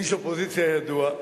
איש אופוזיציה ידוע,